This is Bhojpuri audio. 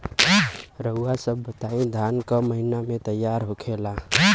रउआ सभ बताई धान क महीना में तैयार होखेला?